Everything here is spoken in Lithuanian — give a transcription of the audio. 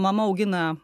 mama augina